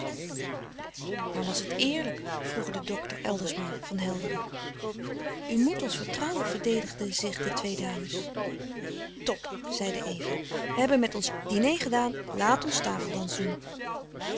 maar was het eerlijk vroegen de dokter eldersma van helderen u moet ons vertrouwen verdedigden zich de twee dames top zeide eva wij hebben met ons diner gedaan laat ons tafeldans doen